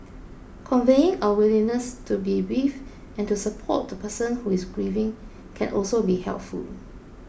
conveying our willingness to be with and to support the person who is grieving can also be helpful